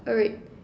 all right